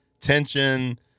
tension